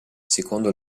secondo